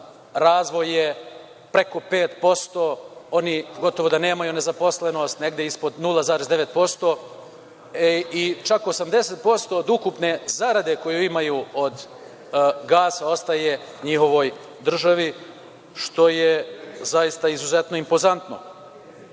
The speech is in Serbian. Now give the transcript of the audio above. razvoj je preko 5%, oni gotovo da nemaju nezaposlenost, negde ispod 0,9%. Čak 80% od ukupne zarade koju imaju od gasa ostaje njihovoj državi što je zaista izuzetno impozantno. Azerbejdžan